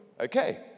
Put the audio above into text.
Okay